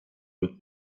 with